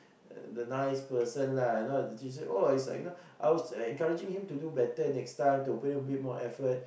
the nice person lah you know the teacher oh it's like you know I was like encouraging him to do better next time to put in a bit more effort